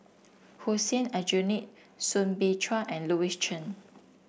Hussein Aljunied Soo Bin Chua and Louis Chen